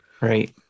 Right